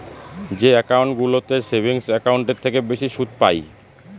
যে একাউন্টগুলোতে সেভিংস একাউন্টের থেকে বেশি সুদ পাই